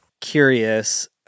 curious